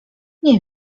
nie